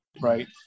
Right